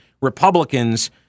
Republicans